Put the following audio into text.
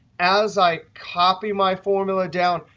as i copy my formula down,